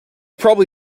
probably